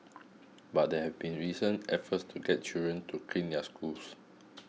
but there have been recent efforts to get children to clean their schools